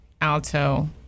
alto